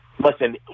Listen